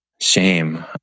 Shame